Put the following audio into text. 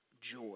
joy